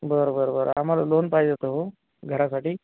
बरं बरं बरं आम्हाला लोन पाहिजे होतं हो घरासाठी